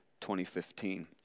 2015